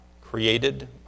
created